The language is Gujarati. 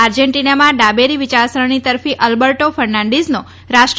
અર્જેન્ટીનામાં ડાબેરી વિચારસરણી તરફી અલબર્ટો ફર્નાન્ડીઝનો રાષ્ર